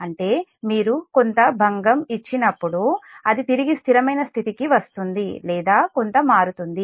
అంటే మీరు కొంత అలజడి కలుగజేసినప్పుడు అది తిరిగి స్థిరమైన స్థితికి వస్తుంది లేదా కొంత మారుతుంది